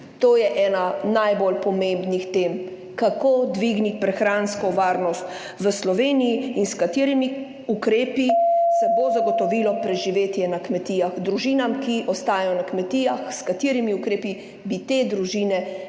To je ena najbolj pomembnih tem. Kako dvigniti prehransko varnost v Sloveniji in s katerimi ukrepi se bo zagotovilo preživetje na kmetijah, družinam ki ostajajo na kmetijah, s katerimi ukrepi bi te družine in